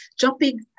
jumping